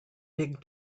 big